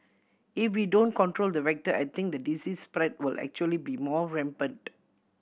if we don't control the vector I think the disease spread will actually be more rampant